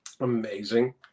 Amazing